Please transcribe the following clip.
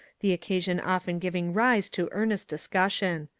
the occasion often giving rise to earnest discussion.